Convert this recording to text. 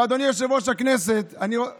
אדוני יושב-ראש הכנסת, מיקי,